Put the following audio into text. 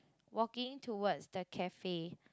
walking towards the cafe